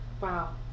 Wow